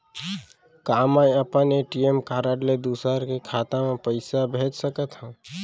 का मैं अपन ए.टी.एम कारड ले दूसर के खाता म पइसा भेज सकथव?